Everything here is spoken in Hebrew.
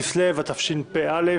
היום יום שני, י"ד בכסלו, התשפ"א,